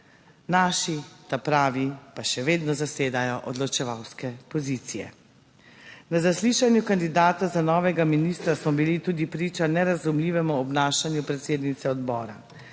naši ta pravi pa še vedno zasedajo odločevalske pozicije. Na zaslišanju kandidata za novega ministra smo bili tudi priča nerazumljivemu obnašanju predsednice odbora.